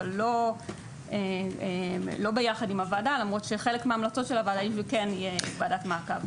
אבל לא ביחד עם הוועדה למרות שחלק מההמלצות של הוועדה כן יש וועדת מעקב.